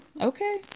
okay